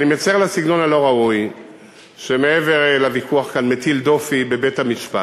אני מצר על הסגנון הלא-ראוי שמעבר לוויכוח כאן מטיל דופי בבית-המשפט,